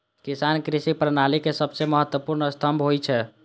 किसान कृषि प्रणाली के सबसं महत्वपूर्ण स्तंभ होइ छै